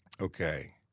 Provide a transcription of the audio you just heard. Okay